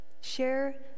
Share